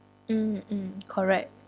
mm mm correct